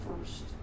first